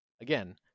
Again